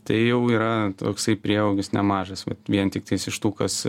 tai jau yra toksai prieaugis nemažas vien tiktais iš tų kas